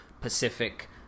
pacific